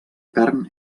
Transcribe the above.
carn